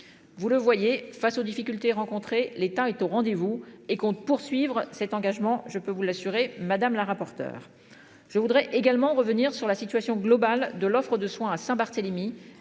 Vous le voyez face aux difficultés rencontrées. L'État est au rendez-vous et compte poursuivre cet engagement, je peux vous l'assurer, madame la rapporteur. Je voudrais également revenir sur la situation globale de l'offre de soins à Saint-Barthélemy